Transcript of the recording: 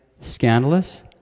scandalous